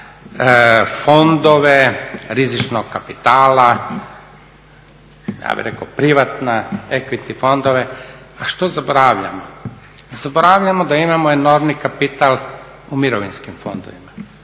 fondove rizičnog kapitala ja bih rekao privatna ekviti fondove. A što zaboravljamo? Zaboravljamo da imamo enormni kapital u mirovinskim fondovima.